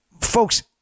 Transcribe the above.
folks